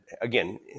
again